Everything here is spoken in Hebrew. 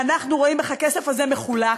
ואנחנו רואים איך הכסף הזה מחולק.